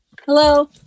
Hello